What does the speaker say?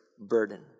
burden